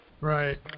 Right